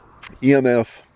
EMF